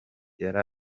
yari